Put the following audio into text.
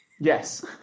Yes